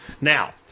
Now